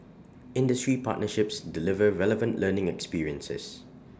industry partnerships deliver relevant learning experiences